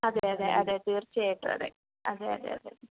അതെ അതെ അതെ തീർച്ചയായിട്ടും അതെ അതെ അതെ